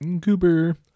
Cooper